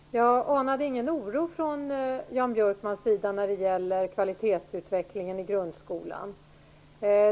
Fru talman! Jag anade ingen oro från Jan Björkmans sida när det gäller kvalitetsutvecklingen i grundskolan.